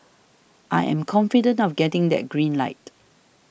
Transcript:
I am confident of getting that green light